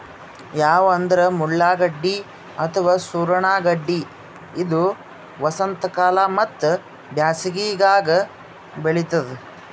yam ಅಂದ್ರ ಮುಳ್ಳಗಡ್ಡಿ ಅಥವಾ ಸೂರಣ ಗಡ್ಡಿ ಇದು ವಸಂತಕಾಲ ಮತ್ತ್ ಬ್ಯಾಸಿಗ್ಯಾಗ್ ಬೆಳಿತದ್